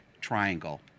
Triangle